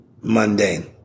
mundane